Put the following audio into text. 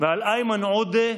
ועל איימן עודה.